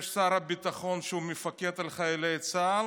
יש שר הביטחון שהוא מפקד על חיילי צה"ל